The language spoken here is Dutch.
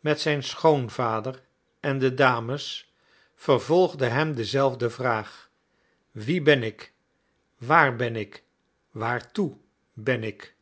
met zijn schoonvader en de dames vervolgde hem dezelfde vraag wie ben ik waar ben ik waartoe ben ik